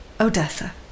Odessa